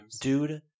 dude